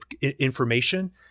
information